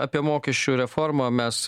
apie mokesčių reformą mes